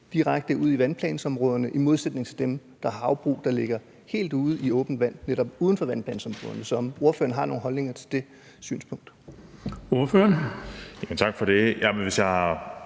direkte ud i vandplansområderne, i modsætning til dem, der har havbrug, der ligger helt ude på åbent vand, altså uden for vandplansområderne. Har ordføreren nogen holdninger til det synspunkt?